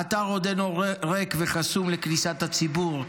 האתר עודנו ריק וחסום לכניסת הציבור,